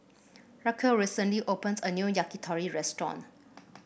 Raquel recently opens a new Yakitori Restaurant